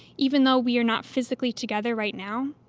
even though we are not physically together right now,